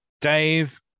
Dave